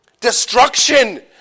Destruction